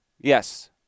Yes